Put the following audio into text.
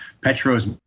Petro's